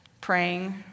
Praying